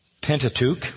Pentateuch